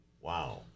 Wow